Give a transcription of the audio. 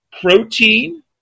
protein